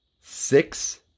six